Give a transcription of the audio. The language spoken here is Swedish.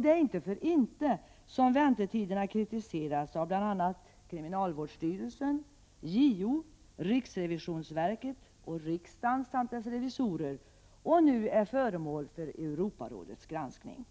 Det är inte för inte som väntetiderna kritiseras av bl.a. kriminalvårdsstyrelsen, JO, riksrevisionsverket och riksdagen och dess revisorer samt nu är föremål för Europarådets granskning.